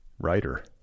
writer